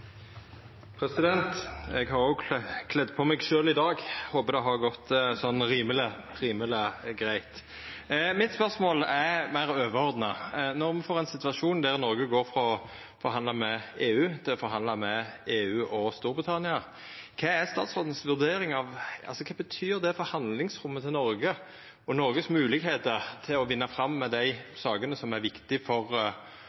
replikkordskifte. Eg har òg kledd på meg sjølv i dag – håper det har gått rimeleg greitt. Spørsmålet mitt er meir overordna. Når me får ein situasjon der Noreg går frå å forhandla med EU, til å forhandla med EU og Storbritannia, kva er statsråden si vurdering av kva det betyr for handlingsrommet til Noreg og moglegheitene Noreg har til å vinna fram med